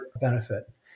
benefit